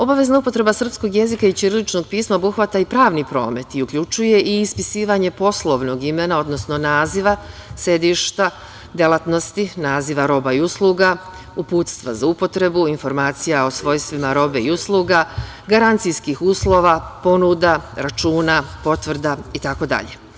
Obavezna upotreba srpskog jezika i ćiriličnog pisma obuhvata i pravni promet i uključuje i ispisivanje poslovnog imena, odnosno naziva, sedišta, delatnosti, naziva roba i usluga, uputstva za upotrebu, informacija o svojstvima robe i usluga, garancijskih uslova, ponuda, računa, potvrda i tako dalje.